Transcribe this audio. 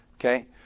Okay